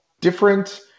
different